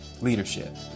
leadership